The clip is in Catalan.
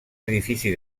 edifici